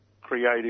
Creative